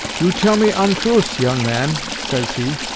you tell me ontruse, young man says he.